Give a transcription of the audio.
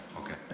okay